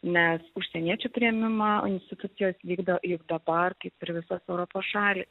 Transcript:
nes užsieniečių priėmimą institucijos vykdo dabar kaip ir visos europos šalys